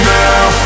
now